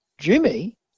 Jimmy